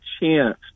chance